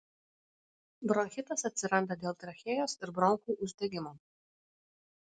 bronchitas atsiranda dėl trachėjos ir bronchų uždegimo